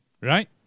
Right